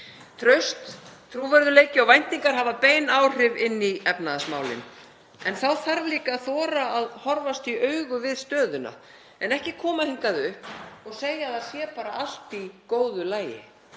Traust, trúverðugleiki og væntingar hafa bein áhrif inn í efnahagsmálin en þá þarf líka að þora að horfast í augu við stöðuna en ekki koma hingað upp og segja að það sé bara allt í góðu lagi.